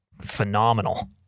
phenomenal